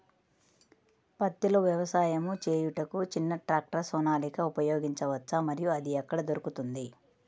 పత్తిలో వ్యవసాయము చేయుటకు చిన్న ట్రాక్టర్ సోనాలిక ఉపయోగించవచ్చా మరియు అది ఎక్కడ దొరుకుతుంది?